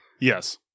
Yes